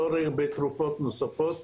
בתרופות נוספות,